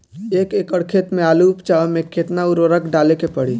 एक एकड़ खेत मे आलू उपजावे मे केतना उर्वरक डाले के पड़ी?